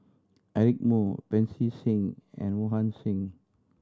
Eric Moo Pancy Seng and Mohan Singh